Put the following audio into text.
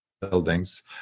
buildings